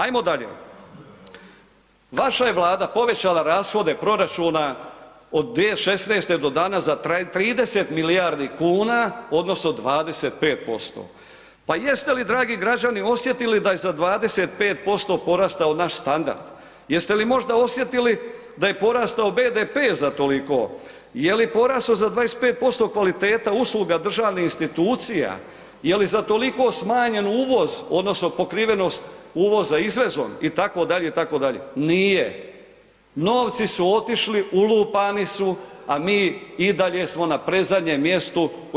Ajmo dalje, vaša je Vlada povećala rashode proračuna od 2016. do danas za 30 milijardi kuna odnosno 25%, pa jeste li dragi građani osjetili da je za 25% porastao naš standard, jeste li možda osjetili da je porastao BDP za toliko, je li porastao za 25% kvaliteta usluga državnih institucija, je li za toliko smanjen uvoz odnosno pokrivenost uvoza izvozom itd. itd., nije, novci su otišli, ulupani su, a mi i dalje smo na predzadnjem mjestu u EU.